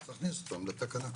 אז תכניסו אותם לתקנה.